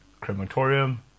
crematorium